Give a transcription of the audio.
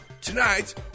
Tonight